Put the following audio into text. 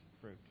fruit